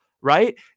right